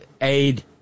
aid